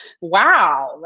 wow